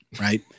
Right